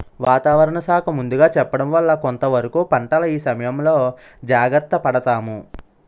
వాతావరణ శాఖ ముందుగా చెప్పడం వల్ల కొంతవరకు పంటల ఇసయంలో జాగర్త పడతాము